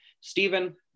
Stephen